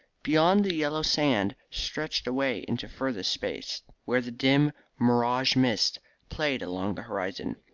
beyond, the yellow sand stretched away into furthest space, where the dim mirage mist played along the horizon.